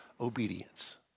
obedience